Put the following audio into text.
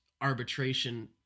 arbitration